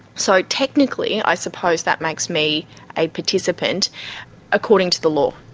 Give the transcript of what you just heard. so technically i suppose that makes me a participant according to the law.